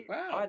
Wow